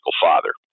father